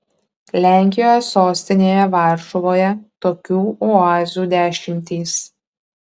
lenkijos sostinėje varšuvoje tokių oazių dešimtys